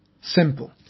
Simple